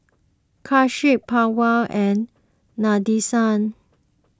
Akshay Pawan and Nadesan